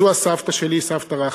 וזו הסבתא שלי, סבתא רחל.